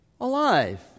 alive